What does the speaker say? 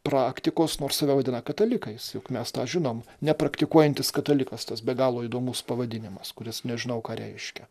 praktikos nors save vadina katalikais juk mes tą žinom nepraktikuojantis katalikas tas be galo įdomus pavadinimas kuris nežinau ką reiškia